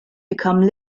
become